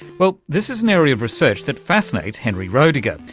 well, this is an area of research that fascinates henry roediger,